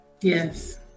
yes